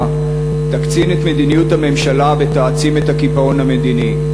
תקצין את מדיניות הממשלה ותעצים את הקיפאון המדיני,